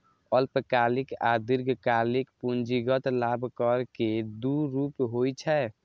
अल्पकालिक आ दीर्घकालिक पूंजीगत लाभ कर के दू रूप होइ छै